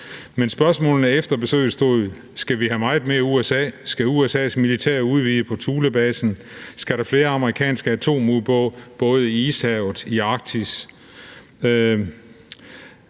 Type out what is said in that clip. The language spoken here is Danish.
Men spørgsmålene efter besøget går på: Skal vi have meget mere USA? Skal USA's militær udvide på Thulebasen? Skal der flere amerikanske atomubåde i Ishavet i Arktis?